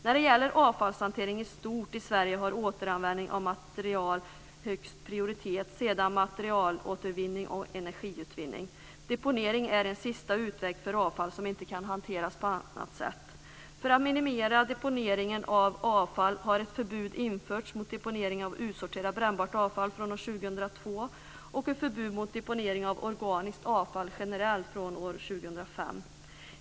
När det gäller avfallshantering i stort i Sverige har återanvändning av material högst prioritet, och sedan materialåtervinning och energiutvinning. Deponering är en sista utväg för avfall som inte kan hanteras på annat sätt. För att minimera deponeringen av avfall har ett förbud mot deponering av utsorterat brännbart avfall från år 2002 och ett förbud mot deponering av organiskt avfall generellt från år 2005 införts.